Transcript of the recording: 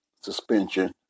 suspension